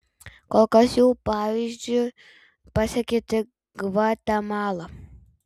kol kas jų pavyzdžiu pasekė tik gvatemala